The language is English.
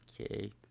Okay